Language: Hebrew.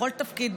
בכל תפקיד,